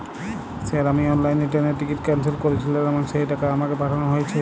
Sir আমি অনলাইনে ট্রেনের টিকিট ক্যানসেল করেছিলাম এবং সেই টাকা আমাকে পাঠানো হয়েছে?